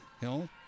Hill